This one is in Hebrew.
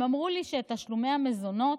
הם אמרו שאת תשלומי המזונות,